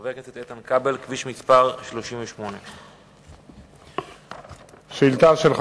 של חבר הכנסת איתן כבל: כביש מס' 38. ביום